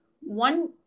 one